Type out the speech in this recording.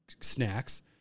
snacks